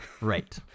Right